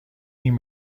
این